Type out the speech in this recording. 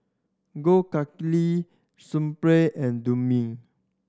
Gold Kili Sunplay and Dumex